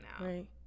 right